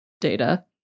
data